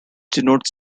denotes